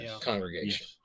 congregation